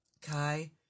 kai